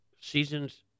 Seasons